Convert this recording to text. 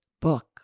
book